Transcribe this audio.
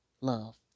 love